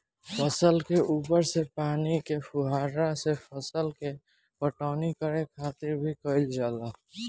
फसल के ऊपर से पानी के फुहारा से फसल के पटवनी करे खातिर भी कईल जाला